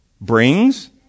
brings